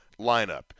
lineup